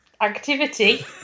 activity